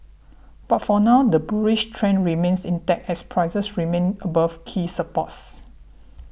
but for now the bullish trend remains intact as prices remain above key supports